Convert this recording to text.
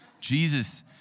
Jesus